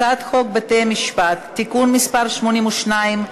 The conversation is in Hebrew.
הצעת חוק בתי-המשפט (תיקון מס' 82),